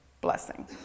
blessing